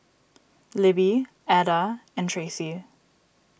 Libby Adda and Tracey